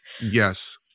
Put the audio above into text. Yes